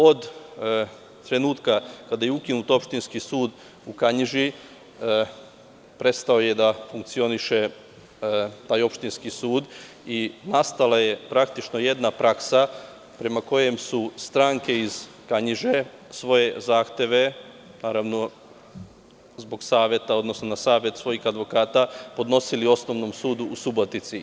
Od trenutka kada je ukinut opštinski sud u Kanjiži, prestao je da funkcioniše taj opštinski sud i nastala je praktično jedna praksa prema kojoj su stranke iz Kanjiže svoje zahteve, naravno, na savet svojih advokata, podnosili Osnovnom sudu u Subotici.